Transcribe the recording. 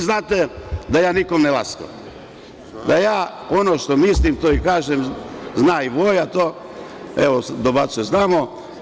Znate da nikom ne laskam, da ono što mislim to i kažem, zna to i Voja, evo dobacuje – znamo.